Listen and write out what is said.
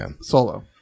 Solo